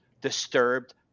disturbed